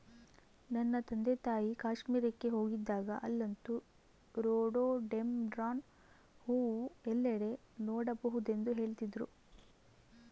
ನನ್ನ ತಂದೆತಾಯಿ ಕಾಶ್ಮೀರಕ್ಕೆ ಹೋಗಿದ್ದಾಗ ಅಲ್ಲಂತೂ ರೋಡೋಡೆಂಡ್ರಾನ್ ಹೂವು ಎಲ್ಲೆಡೆ ನೋಡಬಹುದೆಂದು ಹೇಳ್ತಿದ್ರು